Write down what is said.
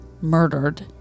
murdered